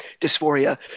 dysphoria